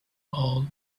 all